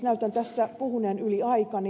näytän tässä puhuneen yli aikani